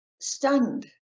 stunned